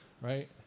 right